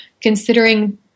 considering